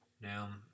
Now